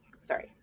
Sorry